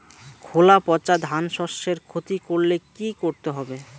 খোলা পচা ধানশস্যের ক্ষতি করলে কি করতে হবে?